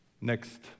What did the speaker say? next